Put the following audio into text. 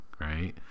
Right